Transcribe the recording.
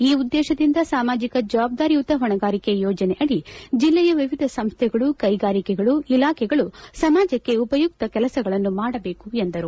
ಈ ಉದ್ದೇಶದಿಂದ ಸಾಮಾಜಿಕ ಜವಾಬ್ದಾರಿಯುತ ಹೊಣೆಗಾರಿಕೆ ಯೋಜನೆಯಡಿ ಜಿಲ್ಲೆಯ ವಿವಿಧ ಸಂಸ್ಥೆಗಳು ಕೈಗಾರಿಕೆಗಳು ಇಲಾಖೆಗಳು ಸಮಾಜಕ್ಕೆ ಉಪಯುಕ್ತ ಕೆಲಸಗಳನ್ನು ಮಾಡಬೇಕು ಎಂದರು